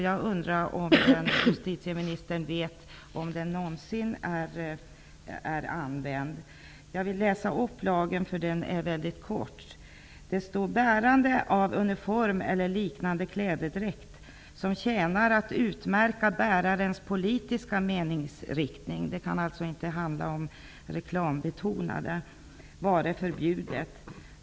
Jag undrar om justitieministern vet om den någonsin har tillämpats. Jag vill läsa upp lagen eftersom den är mycket kort: ''Bärande av uniform eller liknande klädedräkt, som tjänar att utmärka bärarens politiska meningsriktning,'' -- det kan alltså inte handla om reklamaktiga -- ''vare förbjudet.